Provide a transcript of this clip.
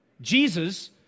Jesus